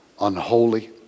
unholy